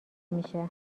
میشه